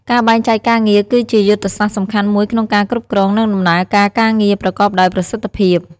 ការបែងចែកការងារ គឺជាយុទ្ធសាស្ត្រសំខាន់មួយក្នុងការគ្រប់គ្រង និងដំណើរការការងារប្រកបដោយប្រសិទ្ធភាព។